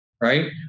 right